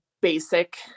basic